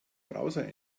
browser